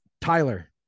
Tyler